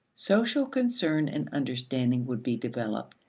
social concern and understanding would be developed,